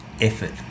effort